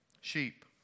sheep